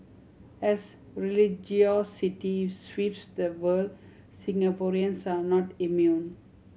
as religiosity sweeps the world Singaporeans are not immune